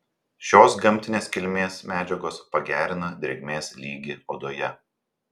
šios gamtinės kilmės medžiagos pagerina drėgmės lygį odoje